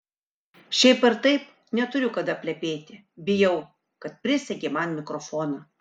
šiaip ar taip neturiu kada plepėti bijau kad prisegė man mikrofoną